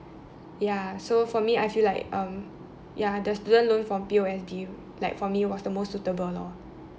ya so for me I feel like um ya the student loan from P_O_S_B like for me was the most suitable lor